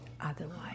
otherwise